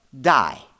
die